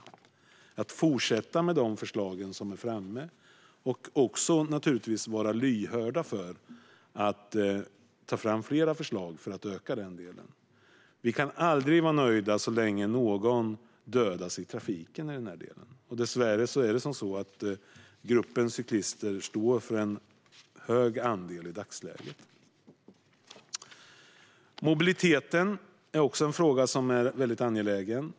Vi måste fortsätta med de förslag som är framme och också naturligtvis vara lyhörda för att ta fram fler förslag för att öka den här delen. Vi kan aldrig vara nöjda så länge någon dödas i trafiken. Dessvärre står gruppen cyklister i dagsläget för en hög andel. Mobiliteten är också en fråga som är väldigt angelägen.